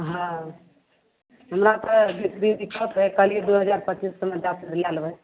हँ हमरा तऽ दीदी कहलियै दू हजार पच्चीस सएमे दए देबै लए लेबै